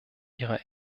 ihre